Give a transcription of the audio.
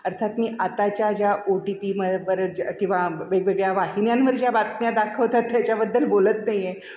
अर्थात मी आताच्या ज्या ओ टी पीमवर किंवा वेगवेगळ्या वाहिन्यांवर ज्या बातम्या दाखवतात त्याच्याबद्दल बोलत नाही आहे